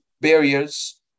barriers